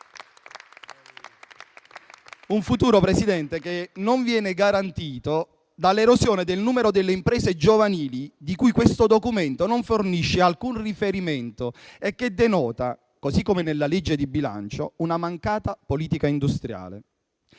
signor Presidente, non viene garantito dall'erosione del numero delle imprese giovanili, su cui questo Documento non fornisce alcun riferimento e che denota, così come nella legge di bilancio, una mancata politica industriale.